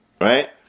right